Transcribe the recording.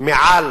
מעל